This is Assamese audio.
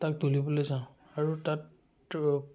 তাক তুলিবলৈ যাওঁ আৰু তাত ৰ